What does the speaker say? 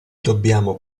dobbiamo